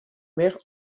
mère